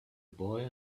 boy